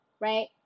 Right